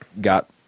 got